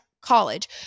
college